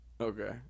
Okay